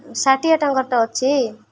ଷାଠିଏ ଟଙ୍କାଟା ଅଛି